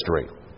history